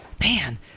Man